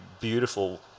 beautiful